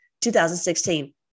2016